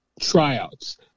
tryouts